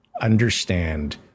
understand